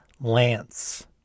Lance